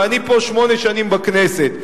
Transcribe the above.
ואני פה שמונה שנים בכנסת,